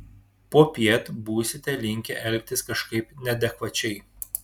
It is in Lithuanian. popiet būsite linkę elgtis kažkaip neadekvačiai